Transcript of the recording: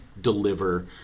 deliver